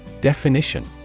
Definition